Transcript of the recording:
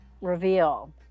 reveal